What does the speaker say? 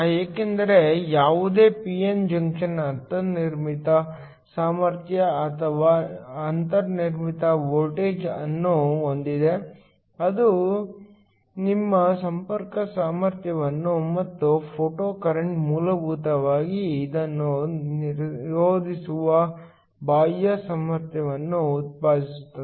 ಏಕೆಂದರೆ ಯಾವುದೇ p n junction ಅಂತರ್ನಿರ್ಮಿತ ಸಾಮರ್ಥ್ಯ ಅಥವಾ ಅಂತರ್ನಿರ್ಮಿತ ವೋಲ್ಟೇಜ್ ಅನ್ನು ಹೊಂದಿದೆ ಇದು ನಿಮ್ಮ ಸಂಪರ್ಕ ಸಾಮರ್ಥ್ಯ ಮತ್ತು ಫೋಟೊಕರೆಂಟ್ ಮೂಲಭೂತವಾಗಿ ಇದನ್ನು ವಿರೋಧಿಸುವ ಬಾಹ್ಯ ಸಾಮರ್ಥ್ಯವನ್ನು ಉತ್ಪಾದಿಸುತ್ತದೆ